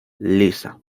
lisa